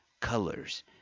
colors